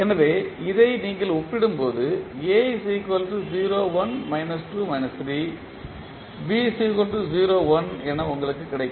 எனவே இதை நீங்கள் ஒப்பிடும் போது என உங்களுக்கு கிடைக்கும்